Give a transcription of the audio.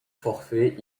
forfait